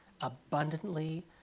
abundantly